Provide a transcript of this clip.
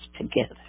together